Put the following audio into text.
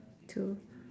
two